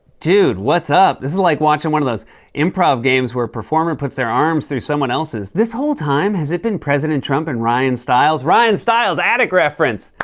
dude, what's up? this is like watching one of those improv games where a performer puts their arms through some else's. this whole time, has it been president trump and ryan stiles? ryan stiles! attic reference!